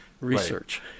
research